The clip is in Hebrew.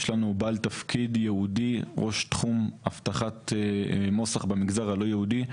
יש לנו תפקיד של ראש תחום אבטחת נוסח במגזר הלא יהודי,